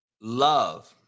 love